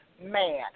man